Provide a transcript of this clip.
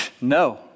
No